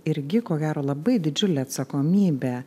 irgi ko gero labai didžiulė atsakomybė